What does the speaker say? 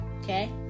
okay